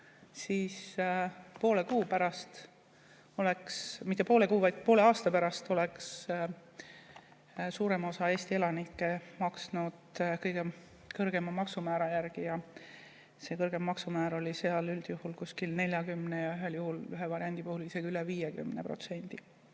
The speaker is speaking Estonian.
siis poole aasta pärast oleks suurem osa Eesti elanikke maksnud kõige kõrgema maksumäära järgi. See kõrgem maksumäär oli seal üldjuhul kuskil 40% ja ühe variandi puhul isegi üle 50%.